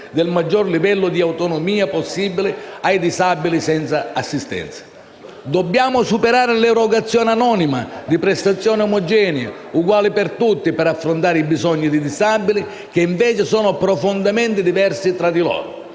del maggior livello di autonomia possibile ai disabili senza assistenza. Dobbiamo superare l'erogazione anonima di prestazioni omogenee, uguali per tutti, per affrontare i bisogni di disabili che, invece, sono profondamente diversi tra loro.